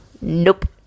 Nope